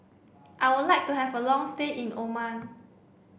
I would like to have a long stay in Oman